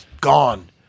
Gone